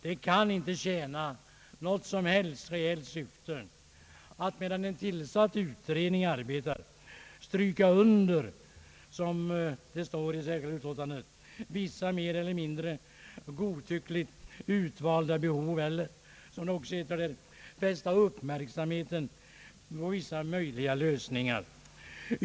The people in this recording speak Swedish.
Det kan inte tjäna något reellt syfte att medan en tillsatt utredning arbetar »stryka under» vissa mer eller mindre godtyckligt utvalda behov eller »fästa uppmärksamheten på» vissa möjliga lösningar.